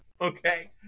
Okay